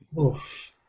oof